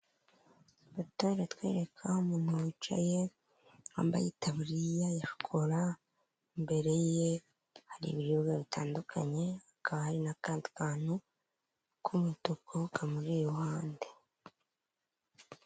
Ifoto itwereka umuntu wicaye wambaye itaburiya ya shokora, imbere ye hari ibiribwa bitandukanye hakaba hari n'akandi kantu k'umutuku kamuri iruhande.